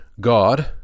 God